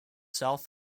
south